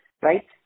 Right